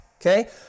okay